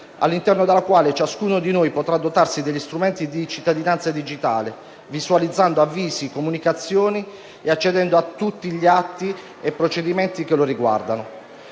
all'interno della quale ciascuno di noi potrà dotarsi degli strumenti di cittadinanza digitale, visualizzando avvisi, comunicazioni e accedendo a tutti gli atti e procedimenti che lo riguardano.